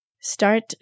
Start